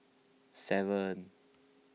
seven